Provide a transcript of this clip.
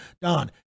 Don